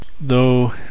Though